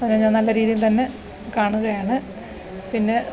അതിനെ ഞാൻ നല്ല രീതിയിൽ തന്നെ കാണുകയാണ് പിന്നെ